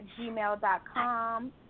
gmail.com